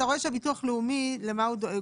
אתה רואה שהביטוח הלאומי למה הוא דואג?